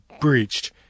breached